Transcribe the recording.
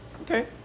Okay